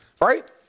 right